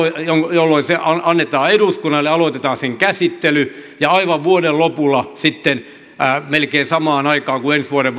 jolloin se annetaan eduskunnalle ja aloitetaan sen käsittely ja aivan vuoden lopulla sitten melkein samaan aikaan kuin ensi vuoden